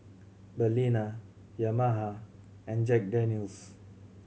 Balina Yamaha and Jack Daniel's